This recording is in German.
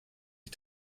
die